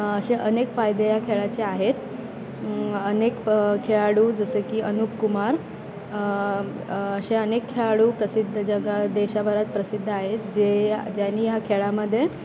असे अनेक फायदे या खेळाचे आहेत अनेक प खेळाडू जसे की अनुप कुमार असे अनेक खेळाडू प्रसिद्ध जगात देशाभरात प्रसिद्ध आहेत जे ज्यांनी ह्या खेळामध्ये